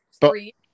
three